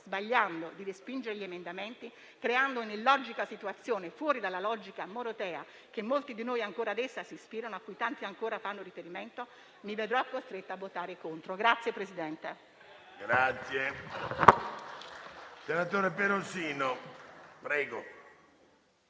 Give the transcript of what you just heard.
sbagliando, di respinge gli emendamenti, creando un'illogica situazione fuori dalla logica morotea a cui molti di noi ancora s'ispirano e a cui tanti ancora fanno riferimento, mi vedrò costretta a votare contro.